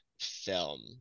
film